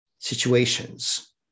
situations